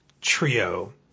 trio